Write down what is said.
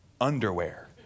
underwear